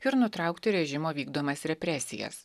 ir nutraukti režimo vykdomas represijas